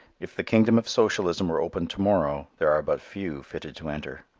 if the kingdom of socialism were opened to-morrow, there are but few fitted to enter.